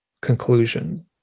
conclusion